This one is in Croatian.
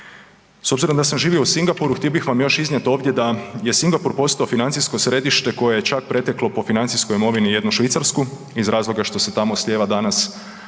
S obzirom da sam živio u Singapuru htio bih vam još iznijet ovdje da je Singapur postao financijsko središte koje je čak preteklo po financijskoj imovini jednu Švicarsku iz razloga što se tamo slijeva danas